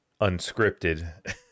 unscripted